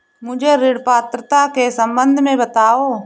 मुझे ऋण पात्रता के सम्बन्ध में बताओ?